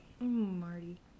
Marty